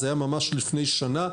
זה היה ממש לפני שנה,